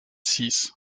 six